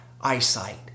eyesight